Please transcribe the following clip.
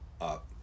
up